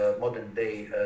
modern-day